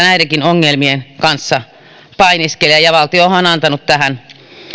näidenkin ongelmien kanssa painiskelevat ja valtiohan on antanut tähän